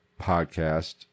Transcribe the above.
podcast